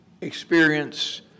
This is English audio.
experience